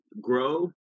grow